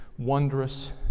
wondrous